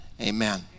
amen